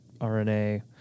RNA